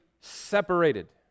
separated